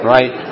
Right